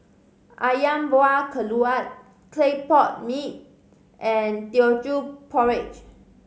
Ayam Buah Keluak clay pot mee and Teochew Porridge